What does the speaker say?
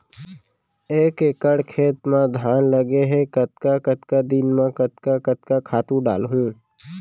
एक एकड़ खेत म धान लगे हे कतका कतका दिन म कतका कतका खातू डालहुँ?